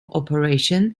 operation